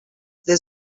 des